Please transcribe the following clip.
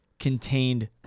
Contained